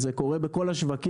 אנכי זה קורה בכל השווקים,